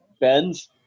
Benz